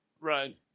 Right